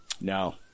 No